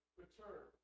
return